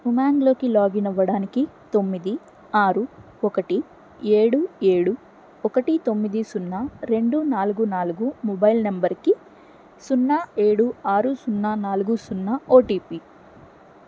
ఉమంగ్లోకి login అవ్వడానికి తొమ్మిది ఆరు ఒకటి ఏడు ఏడు ఒకటి తొమ్మిది సున్నా రెండు నాలుగు నాలుగు మొబైల్ నెంబరుకి సున్నా ఏడు ఆరు సున్నా నాలుగు సున్నా ఓటిపి